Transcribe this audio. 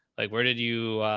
like, where did you,